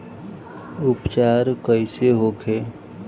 उपचार कईसे होखे?